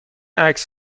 عکس